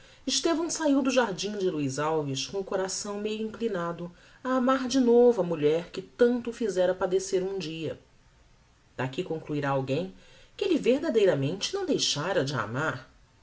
estevão saiu do jardim de luiz alves com o coração meio inclinado a amar de novo a mulher que tanto o fizera padecer um dia daqui concluirá alguem que elle verdadeiramente não deixára de a amar